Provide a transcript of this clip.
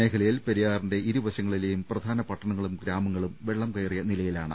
മേഖലയിൽ പെരിയാറിന്റെ ഇരുവശങ്ങളിലെയും പ്രധാന പട്ടണങ്ങളും ഗ്രാമങ്ങളും വെള്ളം കയറിയ നിലയിലാണ്